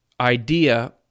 idea